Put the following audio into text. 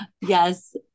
Yes